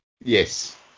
Yes